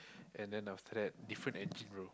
and then after that different engine roll